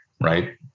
right